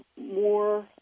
more